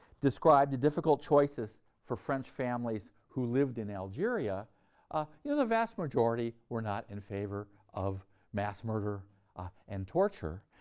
described the difficult choices for french families who lived in algeria ah you know the vast majority were not in favor of mass murder ah and torture.